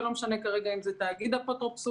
ולא משנה כרגע אם זה תאגיד אפוטרופסות